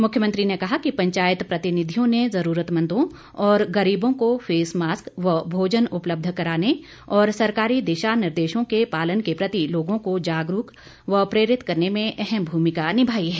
मुख्यमंत्री ने कहा कि पंचायत प्रतिनिधियों ने जरूरतमंदों और गरीबों को फेस मास्क व भोजन उपलब्ध कराने और सरकारी दिशा निर्देशों के पालन के प्रति लोगों को जागरूक व प्रेरित करने में अहम भूमिका निभाई है